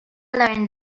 learned